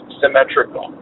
symmetrical